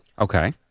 Okay